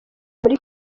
muri